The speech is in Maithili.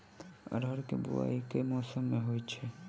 अरहर केँ बोवायी केँ मौसम मे होइ छैय?